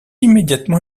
immédiatement